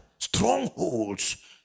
Strongholds